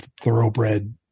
thoroughbred